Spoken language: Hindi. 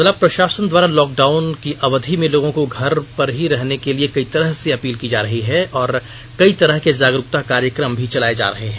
जिला प्रशासन द्वारा लॉक डाउन की अवधि में लोगों को घर में ही रहने के लिए कई तरह से अपील की जा रही है और कई तरह के जागरूकता कार्यक्रम चलाए जा रहे हैं